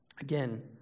Again